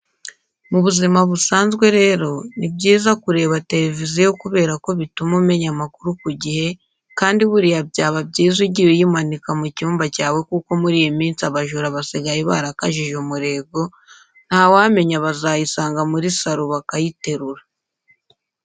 Mu buzima busanzwe rero ni byiza kureba televiziyo kubera ko bituma umenya amakuru ku gihe kandi buriya byaba byiza ugiye uyimanika mu cyumba cyawe kuko muri iyi minsi abajura basigaye barakajije umurego, ntawamenya bazayisanga muri saro bakayiterura.